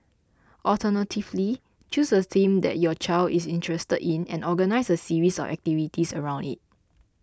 alternatively choose a theme that your child is interested in and organise a series of activities around it